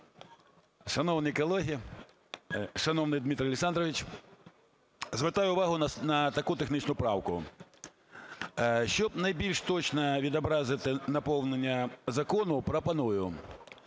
Шановні колеги! Шановний Дмитре Олександровичу! Звертаю увагу на таку технічну правку. Щоб найбільш точно відобразити наповнення закону, пропоную